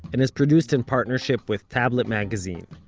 and is produced in partnership with tablet magazine.